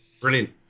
Brilliant